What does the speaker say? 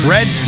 Red